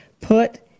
put